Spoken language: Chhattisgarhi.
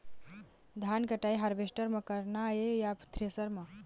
धान कटाई हारवेस्टर म करना ये या थ्रेसर म?